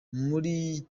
muri